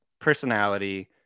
personality